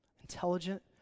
Intelligent